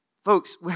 Folks